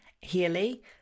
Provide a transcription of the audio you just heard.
Healy